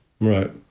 right